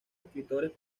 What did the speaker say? escritores